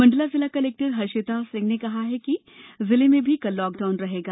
मंडला जिला कलेक्टर हर्षिता सिंह ने कहा कि जिले में भी कल लॉकडाउन रहेगा